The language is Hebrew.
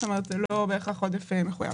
זאת אומרת זה לא בהכרח עודף מחויב.